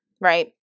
right